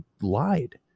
lied